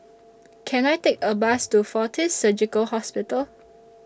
Can I Take A Bus to Fortis Surgical Hospital